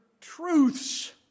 truths